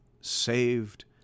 saved